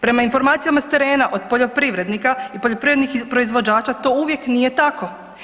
Prema informacijama s terena od poljoprivrednika i poljoprivrednih proizvođača to uvijek nije tako.